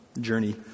journey